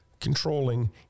controlling